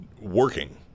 working